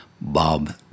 Bob